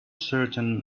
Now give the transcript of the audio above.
certain